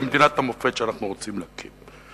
במדינת המופת שאנחנו רוצים להקים.